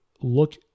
look